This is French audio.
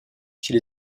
chez